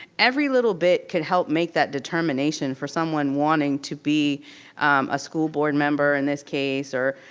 every little bit could help make that determination for someone wanting to be a school board member in this case or,